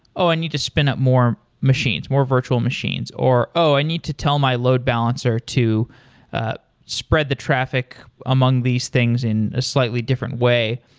oh, i need to spin up more machines, more virtual machines, or, oh, i need to tell my load balancer to ah spread the traffic among these things in a slightly different way.